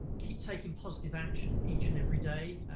keep taking positive action each and every day,